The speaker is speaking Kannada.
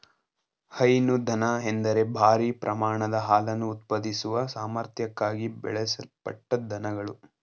ಹೈನು ದನ ಎಂದರೆ ಭಾರೀ ಪ್ರಮಾಣದ ಹಾಲನ್ನು ಉತ್ಪಾದಿಸುವ ಸಾಮರ್ಥ್ಯಕ್ಕಾಗಿ ಬೆಳೆಸಲ್ಪಟ್ಟ ದನಗಳು